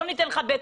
לא ניתן לך ב'.